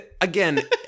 Again